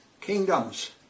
kingdoms